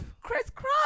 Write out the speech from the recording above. crisscross